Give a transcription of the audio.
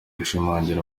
gushimangira